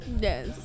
yes